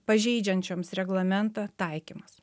pažeidžiančioms reglamentą taikymas